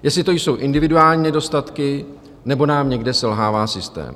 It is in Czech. Jestli to jsou individuální nedostatky, nebo nám někde selhává systém.